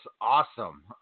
Awesome